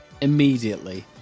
immediately